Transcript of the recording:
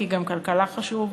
כי גם כלכלה זה חשוב,